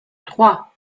trois